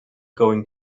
going